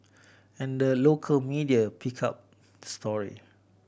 and the local media picked up story